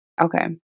Okay